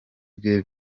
bwe